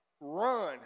Run